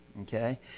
Okay